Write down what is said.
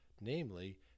namely